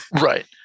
right